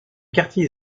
quartier